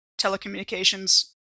telecommunications